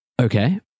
Okay